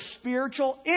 spiritual